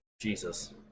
Jesus